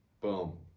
Boom